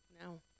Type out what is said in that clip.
No